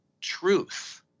truth